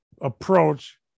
approach